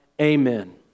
amen